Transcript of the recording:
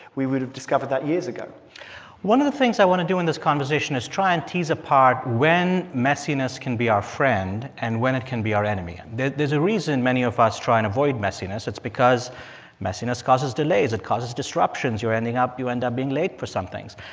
we would have discovered that years ago one of the things i want to do in this conversation is try and tease apart when messiness can be our friend and when it can be our enemy. and there's a reason many of us try and avoid messiness. it's because messiness causes delays. it causes disruptions. you're ending up you end up being late for some things.